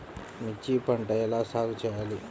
మిర్చి పంట ఎలా సాగు చేయాలి?